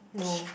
no